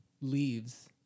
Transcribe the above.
leaves